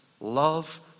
Love